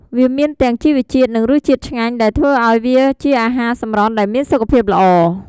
វាមានទាំងជីវជាតិ និងរសជាតិឆ្ងាញ់ ដែលធ្វើឱ្យវាជាអាហារសម្រន់ដែលមានសុខភាពល្អ ។